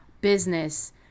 business